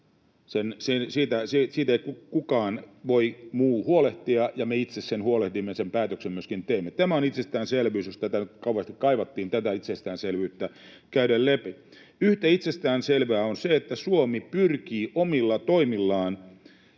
Siitä ei kukaan muu voi huolehtia, ja me itse siitä huolehdimme ja sen päätöksen myöskin teemme. Tämä on itsestäänselvyys, jos tätä itsestäänselvyyttä nyt kauheasti kaivattiin käydä läpi. Yhtä itsestäänselvää on se, että Suomi pyrkii omilla toimillaan